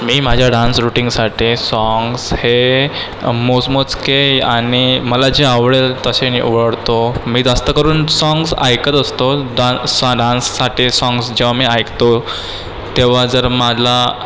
मी माझ्या डान्स रुटींगसाठी साँग्स हे मोजमोजके आणि मला जे आवडेल तसे निवडतो मी जास्त करून साँग्स ऐकत असतो दान डान्ससाठी साँग्स जेव्हा मी ऐकतो तेव्हा जर मला